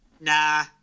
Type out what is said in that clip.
nah